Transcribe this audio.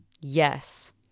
Yes